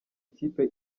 ikipe